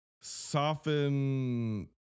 Soften